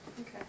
Okay